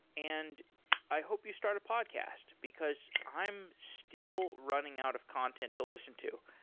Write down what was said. and i hope you start a podcast, because i am still running out of content to listen to.